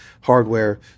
hardware